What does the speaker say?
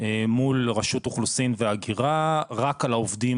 מול רשות אוכלוסין והגירה רק על העובדים